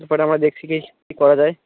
তারপর আমরা দেখছি কী কী করা যায়